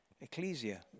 Ecclesia